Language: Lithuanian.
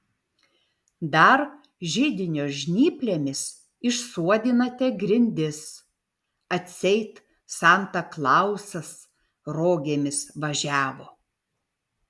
dar židinio žnyplėmis išsuodinate grindis atseit santa klausas rogėmis važiavo